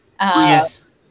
yes